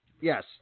Yes